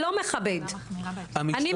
אז לגבי הפנייה שלך אכן, הפנייה שלך